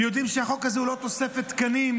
הם יודעים שהחוק הזה הוא לא תוספת תקנים.